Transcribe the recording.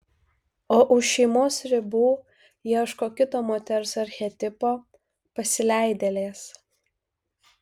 o už šeimos ribų ieško kito moters archetipo pasileidėlės